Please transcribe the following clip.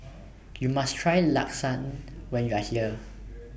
YOU must Try Lasagne when YOU Are here